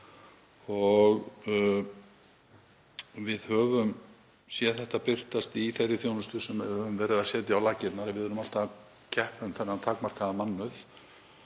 Við höfum séð þetta birtast í þeirri þjónustu sem við höfum verið að setja á laggirnar, við erum alltaf að keppa um þennan takmarkaða mannauð.